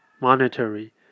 monetary